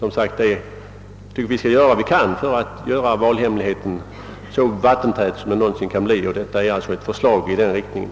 Jag tycker att vi skall göra vad vid kan för att göra valhemligheten så vattentät den någonsin kan bli. Detta är alltså ett förslag i den riktningen.